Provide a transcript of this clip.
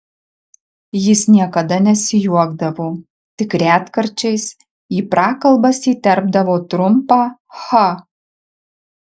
jis niekada nesijuokdavo tik retkarčiais į prakalbas įterpdavo trumpą cha